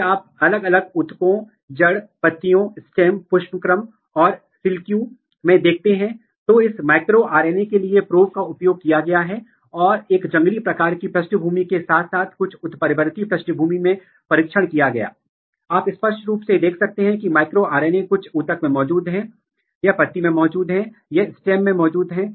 इसलिए ऐसा करके उन्होंने मूल रूप से उन जीनों की पहचान की है जो दो PLETHORA तीन PLETHORA चार PLETHORA पाँच PLETHORA और सभी छह PLETHORA द्वारा साझा किए गए हैं और उन्होंने यह भी पहचान लिया है कि वे कौन से जीन हैं जो विशेष रूप से या PLETHORA में से किसी एक द्वारा सक्रिय या विशिष्ट रूप से विनियमित हैं या तो एक्टिवेटेड है या रिप्रेस्ड है